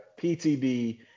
PTB